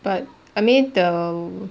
but I mean the